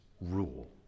rule